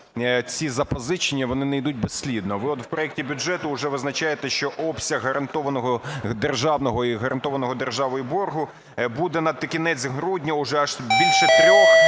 ці запозичення, вони не йдуть безслідно. Ви от в проекті бюджету вже визначаєте, що обсяг гарантованого державного і гарантованого державою боргу буде на кінець грудня уже аж більше 3,